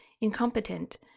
incompetent